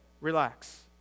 Relax